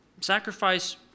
Sacrifice